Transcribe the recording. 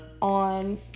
on